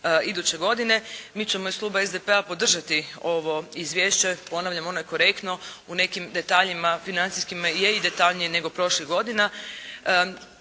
iduće godine, mi ćemo iz Kluba SDP-a podržati ovo Izvješće. Ponavljam ono je konkretno, u nekim detaljima financijskima je i detaljnije nego prošlih godina.